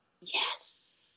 Yes